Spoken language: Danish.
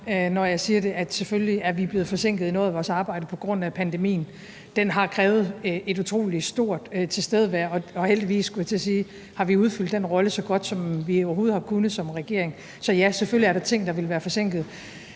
når jeg siger, at vi selvfølgelig er blevet forsinket i noget af vores arbejde på grund af pandemien. Den har krævet et utrolig stort tilstedevær, og heldigvis, skulle jeg til at sige, har vi udfyldt den rolle så godt, som vi som regering overhovedet har kunnet. Så selvfølgelig er der ting, der vil være forsinket.